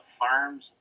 farms